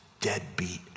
deadbeat